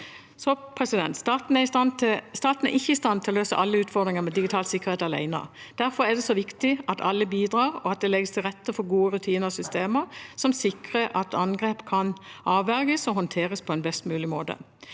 Staten er ikke i stand til å løse alle utfordringer med digital sikkerhet alene. Derfor er det så viktig at alle bidrar, og at det legges til rette for gode rutiner og systemer som sikrer at angrep kan avverges og håndteres på en best mulig måte.